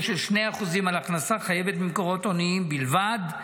של 2% על הכנסה חייבת ממקורות הוניים בלבד,